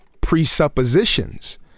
presuppositions